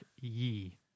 ye